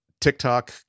TikTok